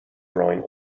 growing